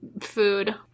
food